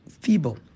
feeble